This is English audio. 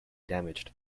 damaged